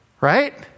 right